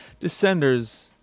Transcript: Descenders